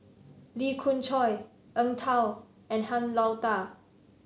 Lee Khoon Choy Eng Tow and Han Lao Da